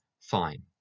fine